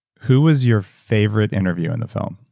who was your favorite interview in the film?